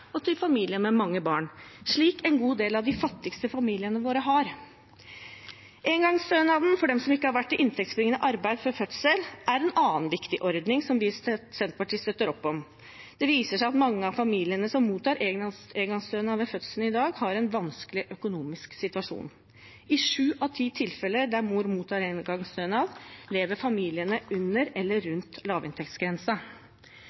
og til familier med mange barn, som en god del av de fattigste familiene våre har. Engangsstønaden for dem som ikke har vært i inntektsbringende arbeid før fødsel, er en annen viktig ordning som vi i Senterpartiet støtter opp om. Det viser seg at mange av familiene som mottar engangsstønad ved fødsel i dag, har en vanskelig økonomisk situasjon. I sju av ti tilfeller der mor mottar engangsstønad, lever familiene under eller